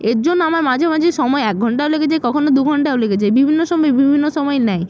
এর জন্য আমার মাঝে মাঝে সময় এক ঘণ্টাও লেগে যায় কখনও দু ঘণ্টাও লেগে যায় বিভিন্ন সময় বিভিন্ন সময় নেয়